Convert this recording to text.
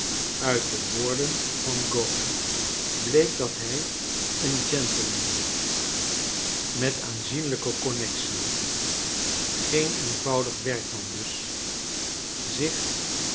uit de woorden van gowan bleek dat hij een gentleman met aanziencharles dickens lijke connexion geen eenvoudig werkman dus zich